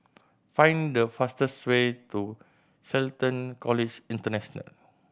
find the fastest way to Shelton College International